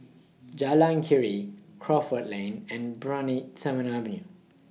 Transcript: Jalan Keria Crawford Lane and Brani Terminal Avenue